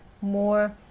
more